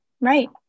Right